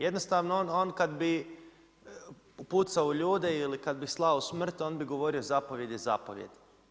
Jednostavno on kad bi upucao ljude ili kada bi ih slao u smrt, on bi govorio zapovijed je zapovijed.